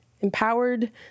empowered